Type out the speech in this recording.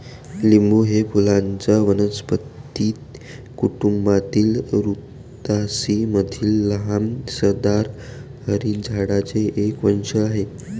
लिंबू हे फुलांच्या वनस्पती कुटुंबातील रुतासी मधील लहान सदाहरित झाडांचे एक वंश आहे